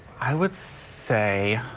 i would say